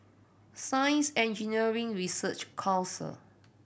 Science Engineering Research Council